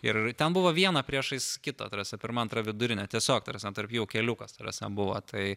ir ten buvo viena priešais kitą ta prasme pirma antra vidurinė tiesiog ta prasme tarp jų keliukas ta prasme buvo tai